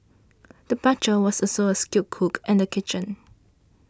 the butcher was also a skilled cook in the kitchen